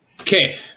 Okay